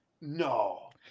no